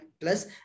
plus